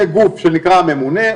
יהיה גוף שנקרא הממונה,